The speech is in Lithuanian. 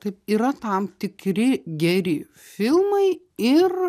taip yra tam tikri geri filmai ir